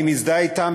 אני מזדהה אתם,